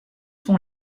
font